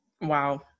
Wow